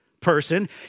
person